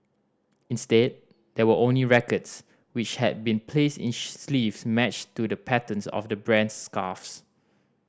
instead there were only records which had been placed in sleeves matched to the patterns of the brand's scarves